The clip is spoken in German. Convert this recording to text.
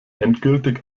endgültig